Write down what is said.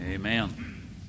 Amen